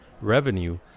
revenue